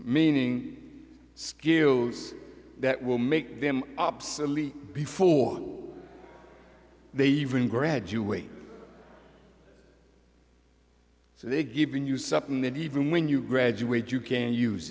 meaning skills that will make them obsolete before they even graduate so they given you something that even when you graduate you can use